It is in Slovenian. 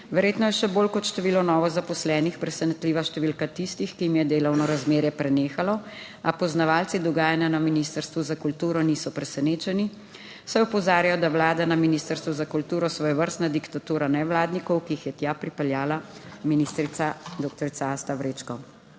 Verjetno je še bolj kot število novozaposlenih presenetljiva številka tistih, ki jim je delovno razmerje prenehalo, a poznavalci dogajanja na ministrstvu za kulturo niso presenečeni, saj opozarjajo, da je vlada na Ministrstvu za kulturo svojevrstna diktatura nevladnikov, ki jih je tja pripeljala ministrica **3. TRAK (VI)